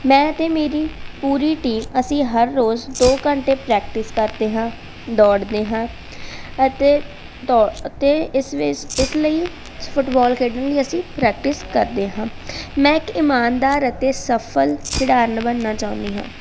ਮੈਂ ਅਤੇ ਮੇਰੀ ਪੂਰੀ ਟੀਮ ਅਸੀਂ ਹਰ ਰੋਜ਼ ਦੋ ਘੰਟੇ ਪ੍ਰੈਕਟਿਸ ਕਰਦੇ ਹਾਂ ਦੌੜਦੇ ਹਾਂ ਅਤੇ ਦੌ ਅਤੇ ਇਸ ਵਿੱਸ ਇਸ ਲਈ ਫੁੱਟਬਾਲ ਖੇਡਣ ਲਈ ਅਸੀਂ ਪ੍ਰੈਕਟਿਸ ਕਰਦੇ ਹਾਂ ਮੈਂ ਇੱਕ ਇਮਾਨਦਾਰ ਅਤੇ ਸਫ਼ਲ ਖਿਡਾਰਨ ਬਣਨਾ ਚਾਹੁੰਦੀ ਹਾਂ